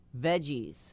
veggies